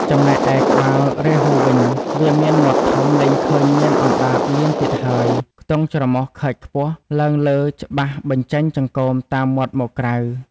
ចំណែកឯ ក្បាលរាហ៊ូវិញ វាមានមាត់ធំ លែងឃើញមានអណ្តាតលៀនទៀត ហើយខ្នង់ ច្រមុះខើចខ្ពស់ឡើងលើច្បាស់ បញ្ចេញចង្កូមតាមមាត់មកក្រៅ។